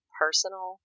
personal